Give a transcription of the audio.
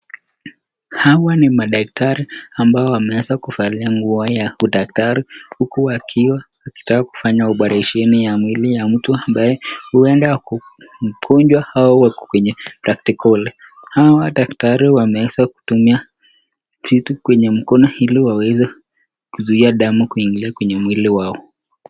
Hawa ni madaktari ambao wameweza kuvalia nguo ya udaktari huku wakiwa wanataka kufanya operesheni ya mwili ya mtu ambaye huenda Ako mgonjwa au practikoli, Hawa madaktari wameweza kutumia kitu kwenye mkono Ili waweze kuzuia damu kuingia kwenye mwili wao.